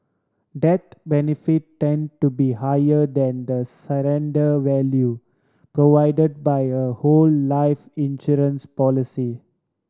death benefit tend to be higher than the surrender value provide by a whole life insurance policy